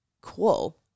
cool